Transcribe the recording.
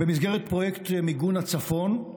במסגרת פרויקט מיגון הצפון,